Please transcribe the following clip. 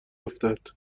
افتد